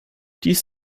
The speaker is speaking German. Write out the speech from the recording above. dies